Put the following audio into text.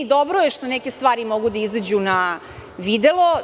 Dobro je što neke stvari mogu da izađu na videlo.